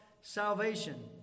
salvation